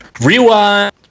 Rewind